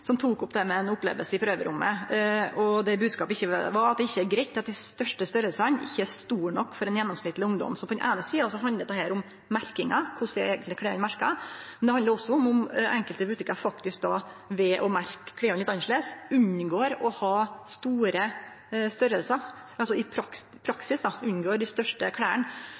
som tok opp dette, etter ei oppleving i prøverommet. Og den bodskapen var at det ikkje er greitt at dei største størrelsane ikkje er store nok for ein gjennomsnittleg ungdom. Så på den eine sida handlar dette om merkinga, korleis er eigentleg kleda merka, men det handlar også om at enkelte butikkar ved å merke kleda litt annleis i praksis unngår å ha dei største kleda fordi dei kanskje ønskjer ei spesiell gruppe som brukarar, kanskje helst dei